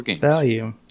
value